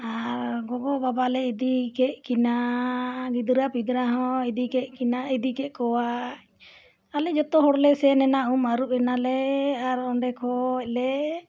ᱟᱨ ᱜᱚᱜᱚ ᱵᱟᱵᱟᱞᱮ ᱤᱫᱤ ᱠᱮᱫ ᱠᱤᱱᱟᱹ ᱜᱤᱫᱽᱨᱟᱹ ᱯᱤᱫᱽᱨᱟᱹ ᱦᱚᱸ ᱤᱫᱤ ᱠᱮᱫ ᱠᱤᱱᱟᱹ ᱤᱫᱤ ᱠᱮᱫ ᱠᱚᱣᱟ ᱟᱞᱮ ᱡᱚᱛᱚ ᱦᱚᱲᱞᱮ ᱥᱮᱱ ᱮᱱᱟ ᱩᱢ ᱟᱹᱨᱩᱵ ᱮᱱᱟᱞᱮ ᱟᱨ ᱚᱸᱰᱮ ᱠᱷᱚᱱ ᱞᱮ